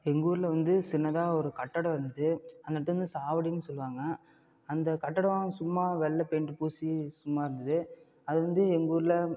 எங்கூர்ல வந்து சின்னதாக ஒரு கட்டிடம் இருந்துது அந்த இடத்த வந்து சாவடினு சொல்லுவாங்கள் அந்த கட்டடம் சும்மா வெள்ளை பெயிண்டு பூசி சும்மா இருந்தது அது வந்து எங்கூர்ல